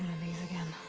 these again?